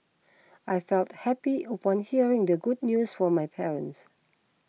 I felt happy upon hearing the good news from my parents